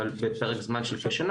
אבל בפרק זמן של כשנה.